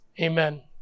amen